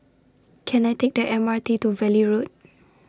Can I Take The M R T to Valley Road